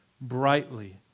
brightly